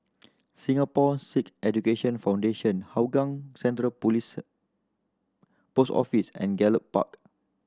Singapore Sikh Education Foundation Hougang Central Police Post Office and Gallop Park